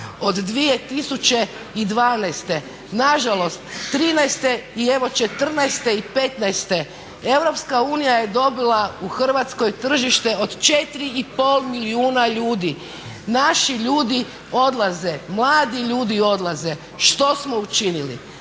Od 2012., 2013.evo i 2014.i 2015. EU je dobila tržište u Hrvatskoj od 4,5 milijuna ljudi. Naši ljudi odlaze, mladi ljudi odlaze. Što smo učinili?